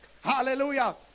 Hallelujah